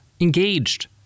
engaged